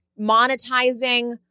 monetizing